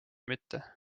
mitte